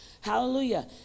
Hallelujah